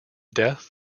death